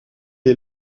est